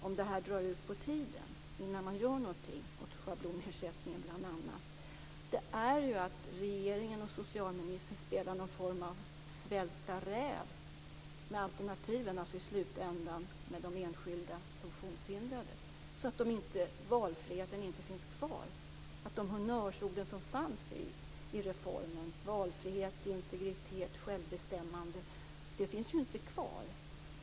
Om det drar ut på tiden innan man gör något åt bl.a. schablonersättningen finns risken att regeringen och socialministern spelar någon form av svälta räv med alternativen, alltså i slutändan med de enskilda funktionshindrade, så att valfriheten och de honnörsord som fanns i reformen - valfrihet, integritet, självbestämmande - inte finns kvar.